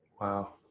Wow